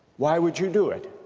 why would you do it,